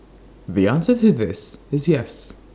the answer to this is yes